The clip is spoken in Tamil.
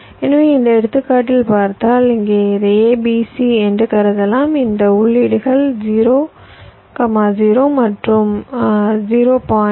எனவே இந்த எடுத்துக்காட்டில் பார்த்தால் இங்கே இதை a b c என்று கருதலாம் இந்த உள்ளீடுகள் 0 0 மற்றும் 0